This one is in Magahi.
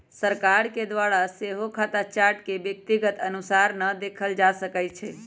सरकार के द्वारा सेहो खता चार्ट के व्यक्तिगत अनुसारे न देखल जा सकैत हइ